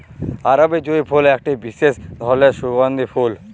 আরবি জুঁই ফুল একটি বিসেস ধরলের সুগন্ধিও ফুল